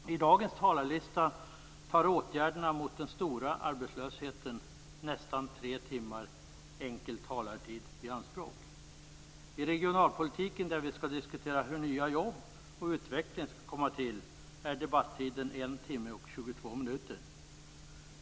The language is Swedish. På dagens talarlista tar åtgärderna mot den stora arbetslösheten nästan 3 timmar, enkel talartid, i anspråk. I regionalpolitiken, där vi skall diskutera hur nya jobb och utveckling skall komma till, är debattiden 1 timme och 22 minuter.